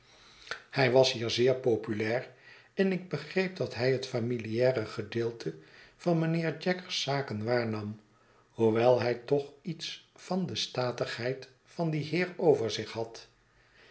hij was hier zeer populair en ikbegreepdat hij het familiare gedeelte van mijnheer jagger's zaken waarnam hoewel hij toch iets van de statigheid van dien heer over zich had